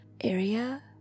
area